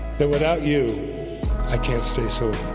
then without you i can't stay sober,